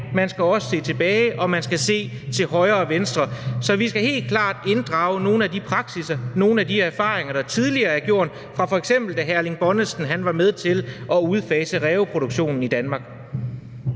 og også se tilbage og se til højre og til venstre. Så vi skal helt klart inddrage nogle af de praksisser, nogle af de erfaringer, man tidligere har gjort sig, fra da hr. Erling Bonnesen var med til f.eks. at udfase ræveproduktionen i Danmark.